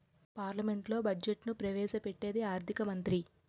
పార్లమెంట్లో బడ్జెట్ను ప్రవేశ పెట్టేది ఆర్థిక మంత్రి